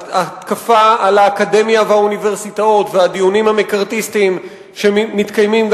ההתקפה על האקדמיה והאוניברסיטאות והדיונים המקארתיסטיים שמתקיימים,